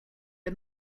are